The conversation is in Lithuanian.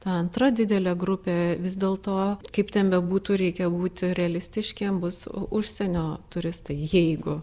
ta antra didelė grupė vis dėlto kaip ten bebūtų reikia būti realistiškiem bus u užsienio turistai jeigu